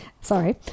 sorry